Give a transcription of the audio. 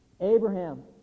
Abraham